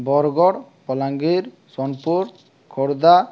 Bargarh Balangir Sonepur Khordha